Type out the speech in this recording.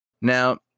Now